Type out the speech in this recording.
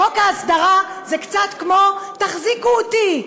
חוק ההסדרה זה קצת כמו: תחזיקו אותי.